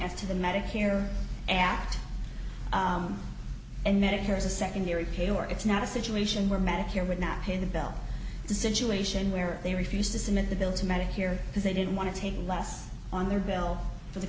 to the medicare apt and medicare is a secondary pain or it's not a situation where medicare would not pay the bill the situation where they refused to submit the bill to medic here because they didn't want to take in less on their bill for the